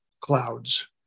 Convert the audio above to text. clouds